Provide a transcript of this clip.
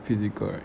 physical right